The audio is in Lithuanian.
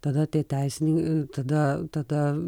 tada tie teisinin tada tada